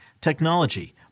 technology